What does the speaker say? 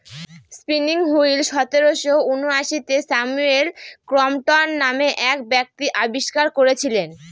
spinning wheel সতেরোশো ঊনআশিতে Samuel Crompton নামে এক ব্যক্তি আবিষ্কার করেছিলেন